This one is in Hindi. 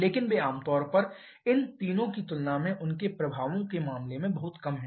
लेकिन वे आम तौर पर इन तीनों की तुलना में उनके प्रभावों के मामले में बहुत कम हैं